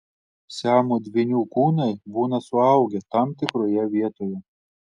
siamo dvynių kūnai būna suaugę tam tikroje vietoje